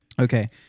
Okay